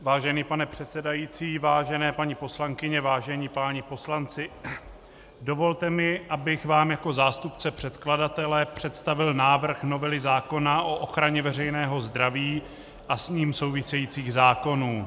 Vážený pane předsedající, vážené paní poslankyně, vážení páni poslanci, dovolte mi, abych vám jako zástupce předkladatele představil návrh novely zákona o ochraně veřejného zdraví a s ním související zákony.